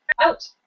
out